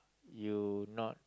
you not